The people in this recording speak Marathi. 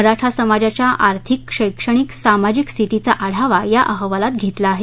मराठा समाजाच्या आर्थिक शैक्षणिक समाजिक स्थितीचा आढावा या अहवालात घेतला आहे